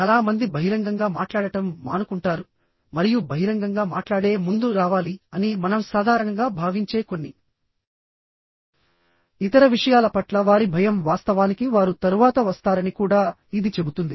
చాలా మంది బహిరంగంగా మాట్లాడటం మానుకుంటారు మరియు బహిరంగంగా మాట్లాడే ముందు రావాలి అని మనం సాధారణంగా భావించే కొన్ని ఇతర విషయాల పట్ల వారి భయం వాస్తవానికి వారు తరువాత వస్తారని కూడా ఇది చెబుతుంది